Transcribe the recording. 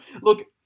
look